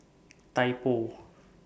Typo